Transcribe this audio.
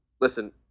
listen